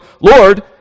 Lord